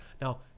now-